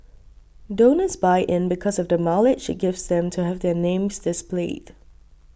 donors buy in because of the mileage it gives them to have their names displayed